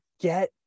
get